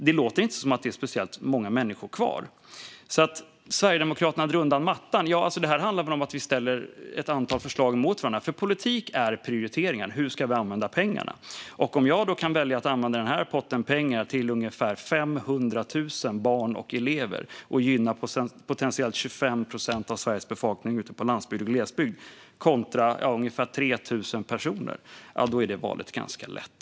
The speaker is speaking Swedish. Det låter inte som att det är särskilt många kvar. Det sas att Sverigedemokraterna vill dra undan mattan. Det handlar mer om att vi ställer ett antal förslag mot varandra. Politik är prioriteringar. Hur ska vi använda pengarna? Om jag kan välja att använda denna pott med pengar till ungefär 500 000 barn och elever och gynna potentiellt 25 procent av Sveriges befolkning på landsbygd och i glesbygd kontra ungefär 3 000 personer är valet ganska lätt.